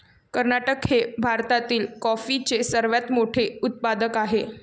कर्नाटक हे भारतातील कॉफीचे सर्वात मोठे उत्पादक आहे